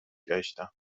گشتم